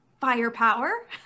firepower